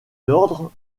l’ordre